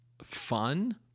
fun